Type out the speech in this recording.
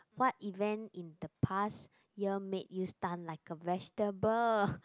what event in the past year make you stun like a vegetable